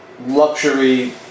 luxury